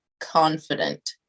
confident